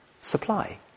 supply